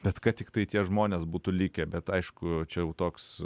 bet kad tiktai tie žmonės būtų likę bet aišku čia jau toks